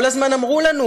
כל הזמן אמרו לנו: